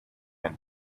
and